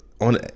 on